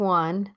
one